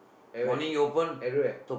at where everywhere